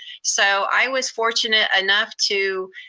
so i was fortunate enough to